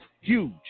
huge